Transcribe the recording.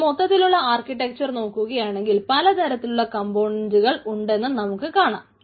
ഇതിൽ മൊത്തത്തിലുള്ള ആർക്കിടെക്ച്ചർ നോക്കുകയാണെങ്കിൽ പലതരത്തിലുള്ള കംപോണന്റുകൾ ഉണ്ടെന്ന് നമുക്ക് കാണാം